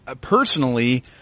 personally